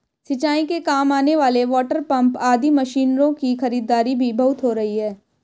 सिंचाई के काम आने वाले वाटरपम्प आदि मशीनों की खरीदारी भी बहुत हो रही है